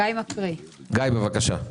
גיא, בבקשה.